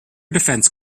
defence